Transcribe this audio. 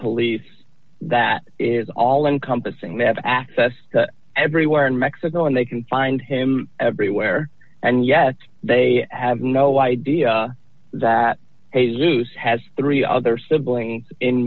police that is all encompassing they have access everywhere in mexico and they can find him everywhere and yet they have no idea that a loose has three other siblings in